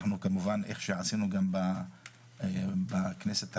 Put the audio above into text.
כמובן, איך שעשינו בכנסת הקודמת,